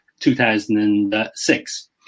2006